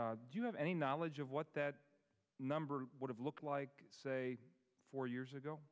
do you have any knowledge of what that number would have looked like say four years ago